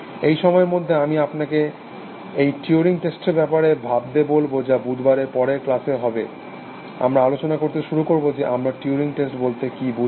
এই সময়ের মধ্যে আমি আপনাকে এই টিউরিং টেস্টের ব্যাপারে ভাবতে বলব যা বুধবারের পরের ক্লাসে হবে আমরা আলোচনা করতে শুরু করব যে আমরা টিউরিং টেস্ট বলতে কি বুঝি